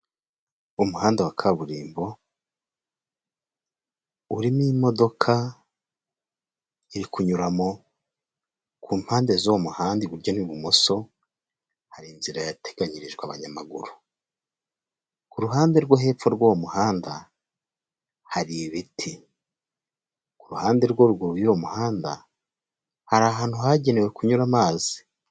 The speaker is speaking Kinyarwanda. Umuhanda wa kaburimbo urimo imodoka iri kunyuramo, ku mpande z'uwo muhanda iburyo n'ibumoso hari inzira yateganyirijwe abanyamaguru, ku ruhande rwo hepfo rw'uwo muhanda hari ibiti, ku ruhande rwo ruguru rw'uwo muhanda hari ahantu hagenewe kunyura amazi.